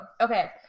okay